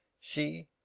See